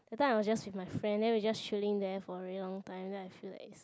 that time I was just with my friend then we just chilling there for a very long time then I feel like is